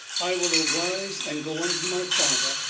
i will arise and go unto my father,